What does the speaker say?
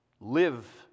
live